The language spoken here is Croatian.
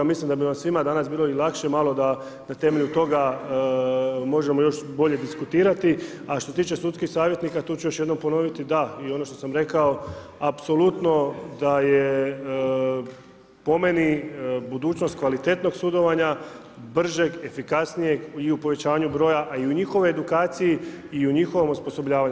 Mislim da bi vam svima danas bilo i lakše malo da na temelju toga možemo još bolje diskutirati, a što se tiče sudskih savjetnika tu ću još jednom ponoviti da i ono što sam rekao apsolutno da je po meni budućnost kvalitetnog sudovanja, bržeg, efikasnijeg i u povećanju broja a i u njihovoj edukaciji i u njihovom osposobljavanju.